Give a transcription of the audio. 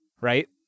right